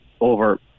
over